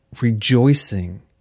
rejoicing